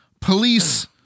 police